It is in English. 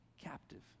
captive